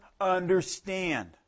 understand